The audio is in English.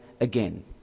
again